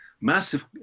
massive